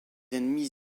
ennemis